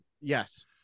Yes